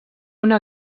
una